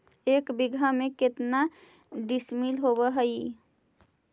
एक बीघा में केतना डिसिमिल होव हइ?